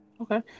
Okay